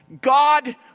God